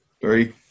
three